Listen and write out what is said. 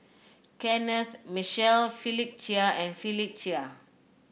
Kenneth Mitchell Philip Chia and Philip Chia